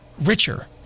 richer